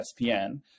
espn